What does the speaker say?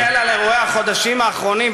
אני מסתכל על אירועי החודשים האחרונים,